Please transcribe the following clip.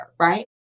right